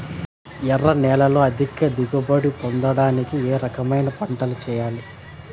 ఎర్ర నేలలో అధిక దిగుబడి పొందడానికి ఏ రకమైన పంటలు చేయాలి?